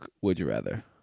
would-you-rather